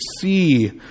see